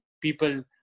people